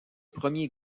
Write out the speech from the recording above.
premier